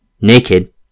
naked